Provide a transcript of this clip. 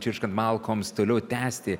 čirškant malkoms toliau tęsti